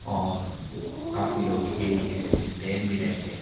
اور کافی لوگ کھیل بھی رہے تھے تیر بھی رہے تھے